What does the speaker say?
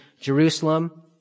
Jerusalem